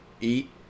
eat